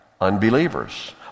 unbelievers